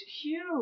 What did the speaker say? huge